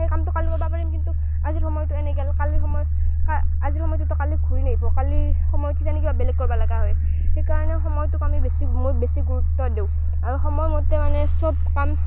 সেই কামটো কালি কৰিব পাৰিম কিন্তু আজিৰ সময়টো এনেই গ'ল কালিৰ সময় কা আজিৰ সময়টোতো কালি ঘূৰি নাহিব কালিৰ সময়ত কিজানি কিবা বেলেগ কৰিব লগা হয় সেইকাৰণে সময়টোক আমি বেছি মই বেছি গুৰুত্ব দিওঁ আৰু সময়মতে মানে চব কাম